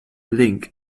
link